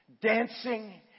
Dancing